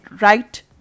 right